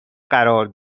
قرار